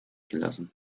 gelassen